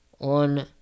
on